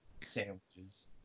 sandwiches